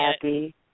happy